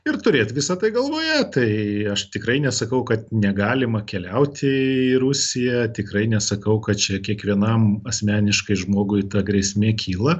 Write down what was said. ir turėt visa tai galvoje tai aš tikrai nesakau kad negalima keliauti į rusiją tikrai nesakau kad čia kiekvienam asmeniškai žmogui ta grėsmė kyla